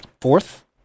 fourth